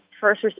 first